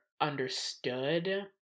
understood